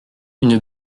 une